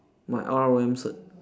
my R_O_M cert